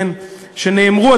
שנאמרו,